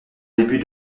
début